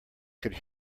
could